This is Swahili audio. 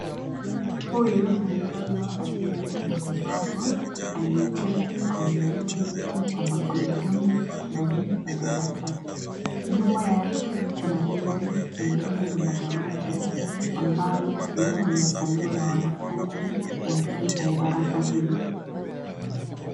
Huyu ni mtoto aliye na ulemavu aliyeketi kwenye kiti cha magurudumu ndani ya darasa. Nyuma yake, kuna viti vingine na madawati ambavyo vimekaliwa na wanafunzi wengine kwenye darasa hili.